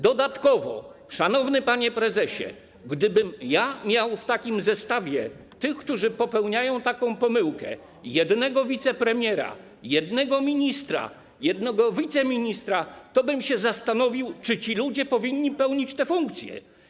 Dodatkowo, szanowny panie prezesie, gdybym ja miał - w zestawie tych, którzy popełniają taką pomyłkę - jednego wicepremiera, jednego ministra, jednego wiceministra, tobym się zastanowił, czy ci ludzie powinni pełnić te funkcje.